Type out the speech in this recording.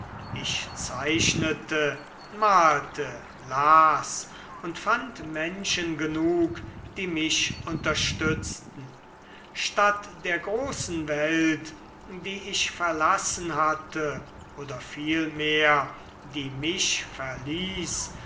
ich zeichnete malte las und fand menschen genug die mich unterstützten statt der großen welt die ich verlassen hatte oder vielmehr die mich verließ